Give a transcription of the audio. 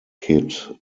kid